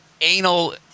anal